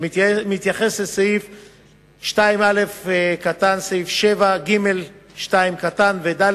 שמתייחס לסעיף 7(א2), (ג)(2) ו-(ד)